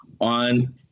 on